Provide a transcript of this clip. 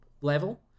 level